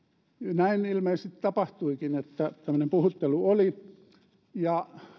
näin ilmeisesti tapahtuikin että tämmöinen puhuttelu oli ja